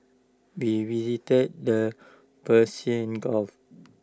we visited the Persian gulf